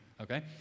Okay